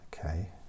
Okay